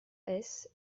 est